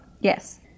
yes